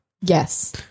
Yes